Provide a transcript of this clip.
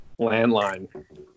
landline